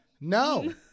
No